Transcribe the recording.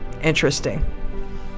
interesting